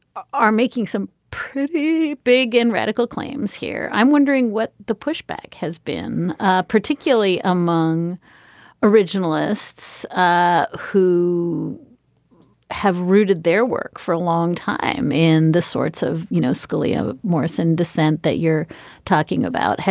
ah are making some pretty big and radical claims here. i'm wondering what the pushback has been ah particularly among originalists ah who have rooted their work for a long time in the sorts of you know scalia morrison dissent that you're talking about.